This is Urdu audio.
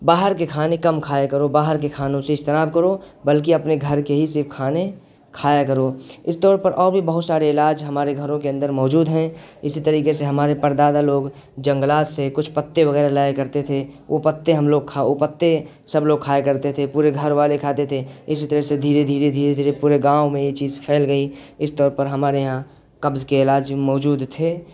باہر کے کھانے کم کھایا کرو باہر کے کھانوں سے اجتناب کرو بلکہ اپنے گھر کے ہی صرف کھانے کھایا کرو اس طور پر اور بھی بہت سارے علاج ہمارے گھروں کے اندر موجود ہیں اسی طریقے سے ہمارے پردادا لوگ جنگلات سے کچھ پتے وغیرہ لایا کرتے تھے وہ پتے ہم لوگ وہ پتے سب لوگ کھایا کرتے تھے پورے گھر والے کھاتے تھے اسی طرح سے دھیرے دھیرے دھیرے دھیرے پورے گاؤں میں یہ چیز پھیل گئی اس طور پر ہمارے یہاں قبض کے علاج موجود تھے